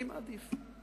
אני מעדיף.